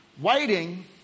Waiting